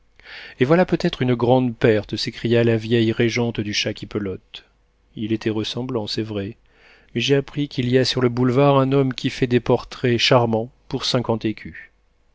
et voilà peut-être une grande perte s'écria la vieille régente du chat qui pelote il était ressemblant c'est vrai mais j'ai appris qu'il y a sur le boulevard un homme qui fait des portraits charmants pour cinquante écus